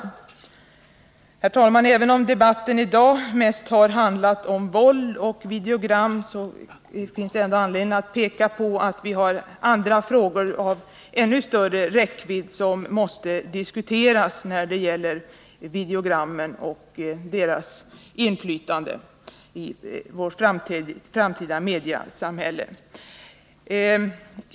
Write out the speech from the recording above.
Herr talman! Även om debatten i dag mest har handlat om våld och videogram finns det anledning att peka på att vi har frågor av ännu större räckvidd som måste diskuteras när det gäller videogrammen och deras inflytande i vårt framtida mediesamhälle.